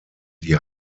die